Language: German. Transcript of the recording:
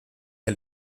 der